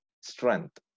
strength